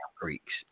Greeks